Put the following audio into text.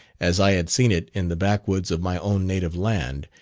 as i had seen it in the backwoods of my own native land,